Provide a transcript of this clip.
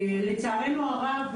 לצערנו הרב,